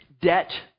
debt